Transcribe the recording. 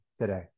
today